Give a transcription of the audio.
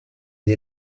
dei